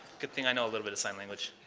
good thing i know a little bit of sign language.